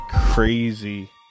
crazy